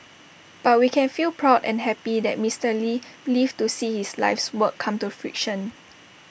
but we can feel proud and happy that Mister lee lived to see his life's work come to fruition